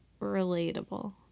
relatable